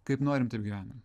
kaip norim taip gyvenam